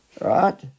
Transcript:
right